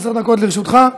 עשר דקות לרשותך.